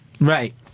Right